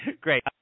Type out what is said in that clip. great